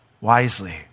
wisely